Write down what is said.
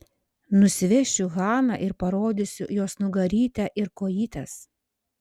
nusivešiu haną ir parodysiu jos nugarytę ir kojytes